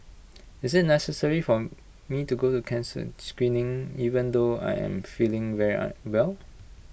is IT necessary for me to go to cancer screening even though I am feeling very well